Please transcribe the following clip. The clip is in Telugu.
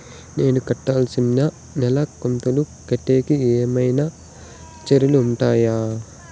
నేను కట్టాల్సిన నెల కంతులు కట్టేకి ఏమన్నా చార్జీలు ఉంటాయా?